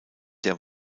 der